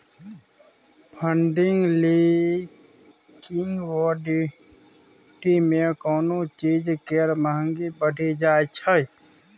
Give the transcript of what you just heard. funding liquidity मे कोनो चीज केर महंगी बढ़ि जाइ छै